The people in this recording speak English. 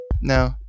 No